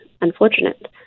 unfortunate